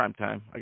Primetime